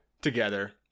together